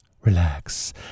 Relax